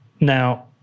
Now